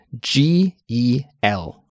G-E-L